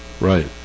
Right